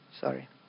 Sorry